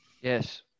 Yes